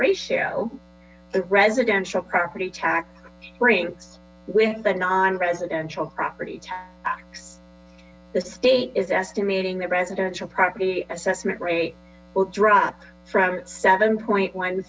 ratio the residential property tax brings with the non residential property the state is estimating the residential property assessment rate will drop from seven point one